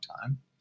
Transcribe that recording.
time